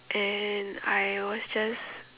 and I was just